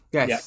Yes